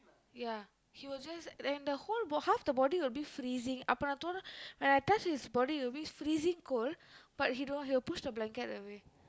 ya he will just and the whole bo~ half the body will be freezing அப்ப நான் தொட:appa naan thoda when I touch his body it'll be freezing cold but he don't want he will push the blanket away